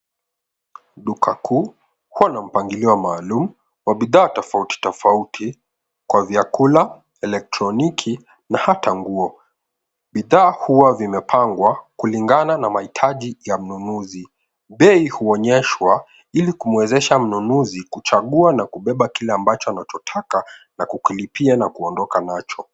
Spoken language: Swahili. Duka kuu huwa na mpangilio maalum wa bidhaa tofauti tofauti kwa vyakula , elektroniki na hata nguo. Bidhaa huwa vimepangwa kulingana na mahitaji ya mnunuzi. Bei huonyeshwa ili kumwezesha mmnunuzi kuchagua na kubeba kile ambacho anachotaka na kukilipia na kuondoka nacho.